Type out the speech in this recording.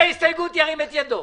והצבענו.